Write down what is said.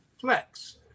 flex